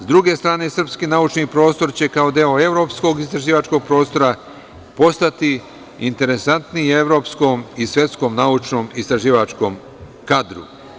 S druge strane, srpski naučni prostor će kao deo evropskog istraživačkog prostora postati interesantniji evropskom i svetskom naučnom istraživačkom kadru.